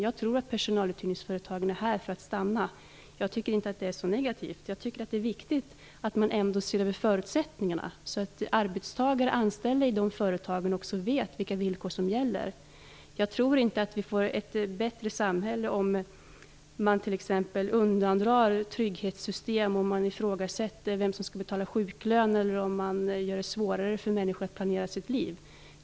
Jag tror att personaluthyrningsföretagen är här för att stanna, men jag tycker inte att det är så negativt. Det är viktigt att ändå se över förutsättningarna, så att arbetstagare som är anställda i de företagen också vet vilka villkor som gäller. Jag tror inte att vi får ett bättre samhälle t.ex. om trygghetssystem undandras, om man ifrågasätter vem som skall betala sjuklön eller om man gör det svårare för människor att planera sina liv.